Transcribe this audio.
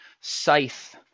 Scythe